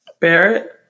Barrett